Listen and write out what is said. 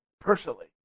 personally